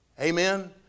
Amen